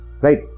right